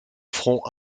front